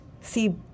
see